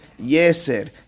yesir